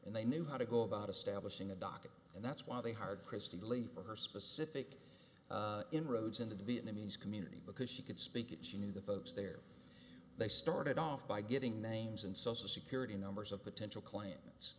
and they knew how to go about establishing a docket and that's why they hired kristy lee for her specific inroads into the vietnamese community because she could speak it she knew the folks there they started off by getting names and social security numbers of potential clients what